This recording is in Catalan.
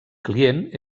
client